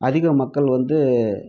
அதிக மக்கள் வந்து